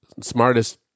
smartest